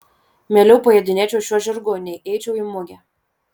mieliau pajodinėčiau šiuo žirgu nei eičiau į mugę